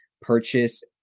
purchase